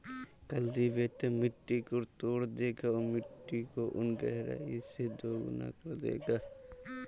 cultivator मिट्टी को तोड़ देगा और मिट्टी को उन गहराई से दोगुना कर देगा